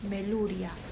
Meluria